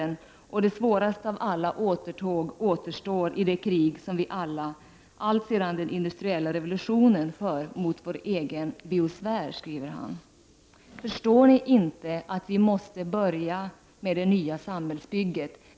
Enzensberger skriver också att det svåraste av alla återtåg återstår, i det krig som vi alla alltsedan den industriella revolutionen för mot vår egen biosfär. Förstår ni inte att vi måste börja med det nya samhällsbygget?